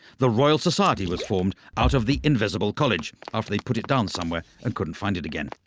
the royal society was formed out of the invisible college after they put it down somewhere and couldn't find it again.